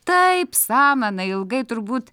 taip samana ilgai turbūt